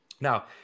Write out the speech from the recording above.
Now